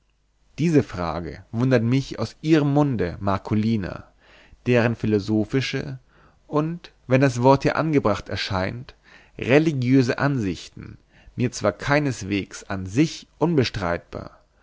diese frage wundert mich aus ihrem munde marcolina deren philosophische und wenn das wort hier angebracht erscheint religiöse ansichten mir zwar keineswegs an sich unbestreitbar